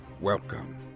Welcome